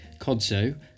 Codzo